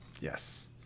yes